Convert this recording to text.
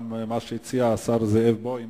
גם מה שהציע חבר הכנסת זאב בוים